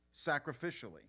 sacrificially